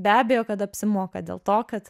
be abejo kad apsimoka dėl to kad